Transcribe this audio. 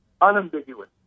unambiguous